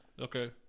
Okay